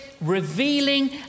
revealing